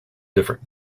different